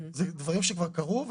אלה דברים שכבר קרו.